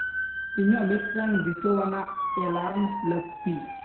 ᱤᱧᱟᱹᱜ ᱢᱤᱫᱴᱟᱝ ᱫᱤᱥᱟᱹᱣᱟᱱᱟᱜ ᱮᱞᱟᱨᱢ ᱞᱟᱹᱠᱛᱤ